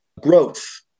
growth